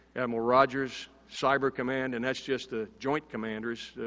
admiral rogers, cyber command, and that's just the joint commanders.